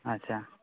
ᱟᱪᱪᱷᱟ